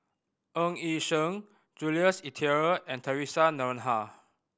Eg Yi Sheng Jules Itier and Theresa Noronha